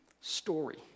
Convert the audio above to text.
story